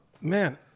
man